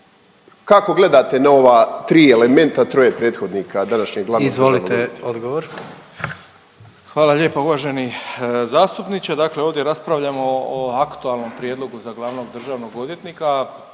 Kako gledate na ova tri elementa troje prethodnika današnjeg glavnog državnog odvjetnika? **Jandroković, Gordan (HDZ)** Izvolite odgovor. **Malenica, Ivan (HDZ)** Hvala lijepo uvaženi zastupniče. Dakle, ovdje raspravljamo o aktualnom prijedlogu za glavnog državnog odvjetnika,